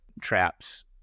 traps